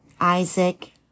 Isaac